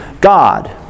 God